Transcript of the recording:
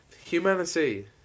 Humanity